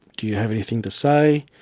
do you have anything to say?